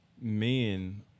men